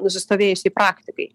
nusistovėjusiai praktikai